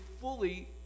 fully